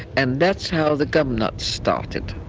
and that's how the gumnuts started.